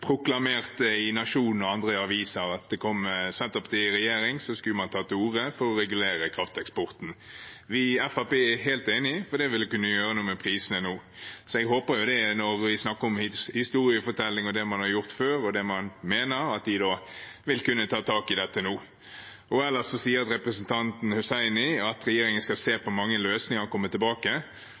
i Nationen og andre aviser: Kom Senterpartiet i regjering, skulle man ta til orde for å regulere krafteksporten. Vi i Fremskrittspartiet er helt enig, for det vil kunne gjøre noe med prisene nå. Så jeg håper, når vi driver med historiefortelling om det man har gjort før, og det man mener, at de da vil kunne ta tak i dette nå. Ellers sier representanten Hussaini at regjeringen skal se på mange løsninger og komme tilbake.